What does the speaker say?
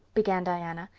began diana,